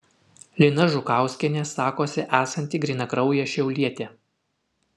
lina žukauskienė sakosi esanti grynakraujė šiaulietė